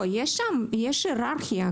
יש היררכיה.